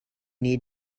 need